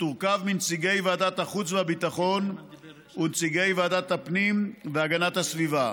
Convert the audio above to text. שתורכב מנציגי ועדת החוץ והביטחון ונציגי ועדת הפנים והגנת הסביבה.